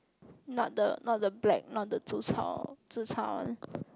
not the not the black not the zi-char zi-char one